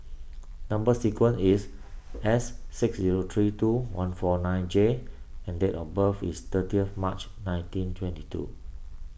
Number Sequence is S six zero three two one four nine J and date of birth is thirtieth March nineteen twenty two